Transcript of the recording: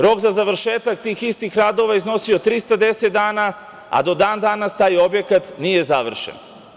Rok za završetak tih istih radova iznosio je 310 dana, a do dan danas taj objekat nije završen.